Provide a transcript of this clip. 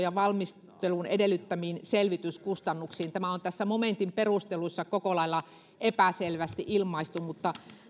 ja valmistelun edellyttämiin selvityskustannuksiin tämä on tässä momentin perusteluissa koko lailla epäselvästi ilmaistu mutta